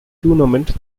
tournament